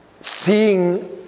seeing